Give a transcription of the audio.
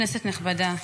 כנסת נכבדה,